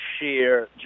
sheer